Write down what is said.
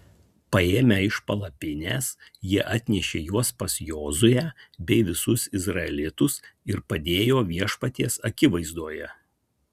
paėmę iš palapinės jie atnešė juos pas jozuę bei visus izraelitus ir padėjo viešpaties akivaizdoje